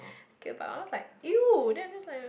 okay but my mum was like !eww! then I'm just like